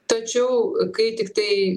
tačiau kai tiktai